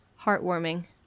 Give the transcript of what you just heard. heartwarming